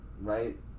right